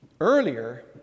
Earlier